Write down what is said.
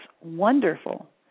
wonderful